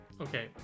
okay